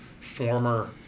former